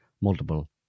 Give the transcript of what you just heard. multiple